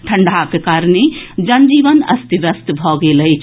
ठंढ़ाक कारणे जन जीवन अस्त व्यस्त भऽ गेल अछि